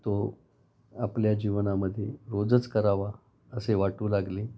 तो आपल्या जीवनामध्ये रोजच करावा असे वाटू लागले